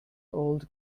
old